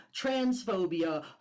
transphobia